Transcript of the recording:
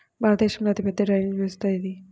భారతదేశంలో అతిపెద్ద డ్రైనేజీ వ్యవస్థ ఏది?